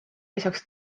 lisaks